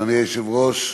אדוני היושב-ראש,